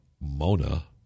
MONA